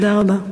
תודה רבה.